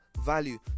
value